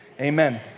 amen